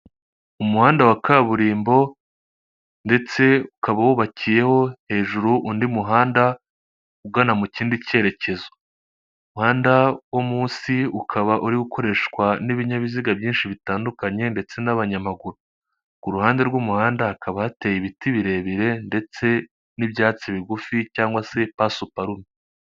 Umuhanda wa kaburimbo, ndetse ukaba wubakiyeho hejuru undi muhanda ugana mu kindi cyerekezo. Umuhanda wo musi ukaba uri ukoreshwa n'ibinyabiziga byinshi bitandukanye, ndetse n'abanyamaguru. Ku ruhande rw'umuhanda hakaba hateye ibiti birebire, ndetse n'ibyatsi bigufi, cyangwa se pasuperume.